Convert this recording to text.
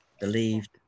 believed